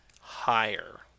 Higher